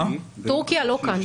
טורקיה לא כאן.